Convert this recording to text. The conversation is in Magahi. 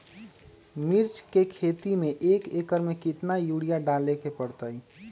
मिर्च के खेती में एक एकर में कितना यूरिया डाले के परतई?